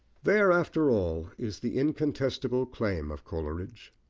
there, after all, is the incontestable claim of coleridge.